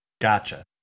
Gotcha